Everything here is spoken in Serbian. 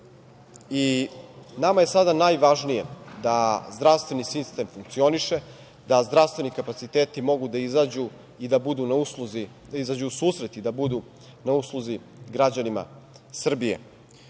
i nama je sada najvažnije da zdravstveni sistem funkcioniše, da zdravstveni kapaciteti mogu da izađu u susret i da budu na usluzi građanima Srbije.